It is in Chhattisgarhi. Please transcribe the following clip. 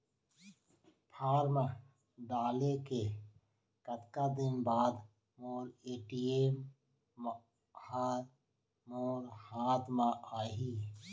फॉर्म डाले के कतका दिन बाद मोर ए.टी.एम ह मोर हाथ म आही?